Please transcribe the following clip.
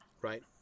right